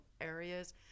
areas